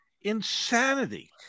insanity